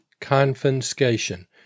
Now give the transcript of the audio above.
confiscation